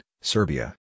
Serbia